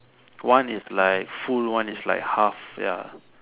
one is like full one is like half ya